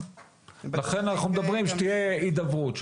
לכן אנחנו מדברים שתהיה הידברות,